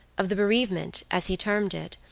of the bereavement, as he termed it,